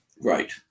Right